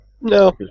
No